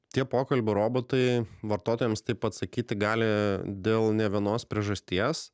tie pokalbių robotai vartotojams taip atsakyti gali dėl ne vienos priežasties